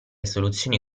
soluzioni